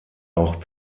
auch